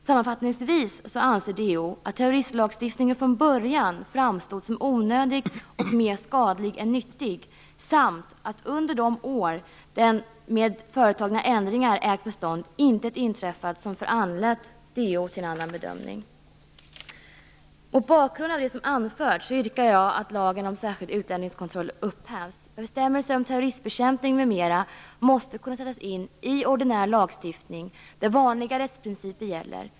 Sammanfattningsvis anser DO att terroristlagstiftningen från början framstod som onödig och mer skadlig än nyttig samt att under de år den med företagna ändringar ägt bestånd intet inträffat som föranlett DO att göra en annan bedömning. Mot bakgrund av det som anförts yrkar jag att lagen om särskild utlänningskontroll upphävs. Bestämmelser om terroristbekämpning m.m. måste kunna sättas in i ordinär lagstiftning där vanliga rättsprinciper gäller.